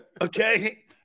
Okay